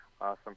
Awesome